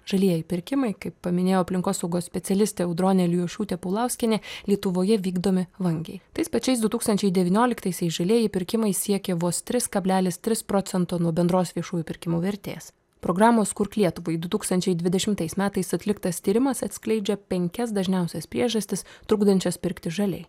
žalieji pirkimai kaip paminėjo aplinkosaugos specialistė audronė alijošiūtė pulauskienė lietuvoje vykdomi vangiai tais pačiais du tūkstančiai devynioliktaisiais žalieji pirkimai siekė vos tris kablelis tris procento nuo bendros viešųjų pirkimų vertės programos kurk lietuvai du tūkstančiai dvidešimtais metais atliktas tyrimas atskleidžia penkias dažniausias priežastis trukdančias pirkti žaliai